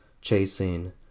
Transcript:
chasing